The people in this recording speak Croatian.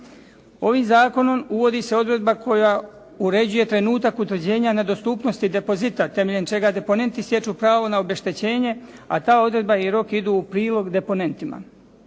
Ovim zakonom uvodi se odredba koja uređuje trenutak utvrđenja nedostupnosti depozita temeljem čega deponenti stječu pravo na obeštećenje, a ta odredba i rok idu u prilog deponentima.